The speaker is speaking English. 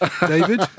David